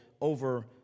over